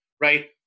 Right